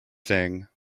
thing